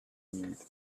need